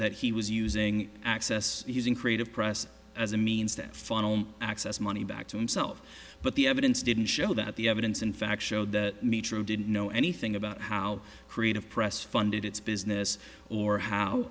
that he was using access using creative press as a means to funnel access money back to himself but the evidence didn't show that the evidence in fact showed that me true didn't know anything about how creative press funded its business or how